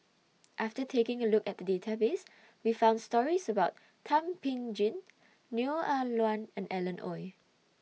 after taking A Look At The Database We found stories about Thum Ping Tjin Neo Ah Luan and Alan Oei